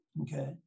Okay